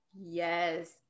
Yes